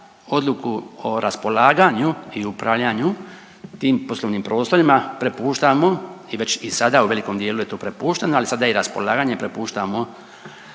odluku o raspolaganju i upravljanju tim poslovnim prostorima prepuštamo i već i sada u velikom dijelu je to prepušteno, ali sada i raspolaganje prepuštamo